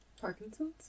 Parkinson's